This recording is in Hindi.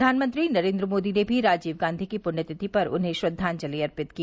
प्रधानमंत्री नरेन्द्र मोदी ने भी राजीव गांधी की पुण्यतिथि पर उन्हें श्रद्वांजलि अर्पित की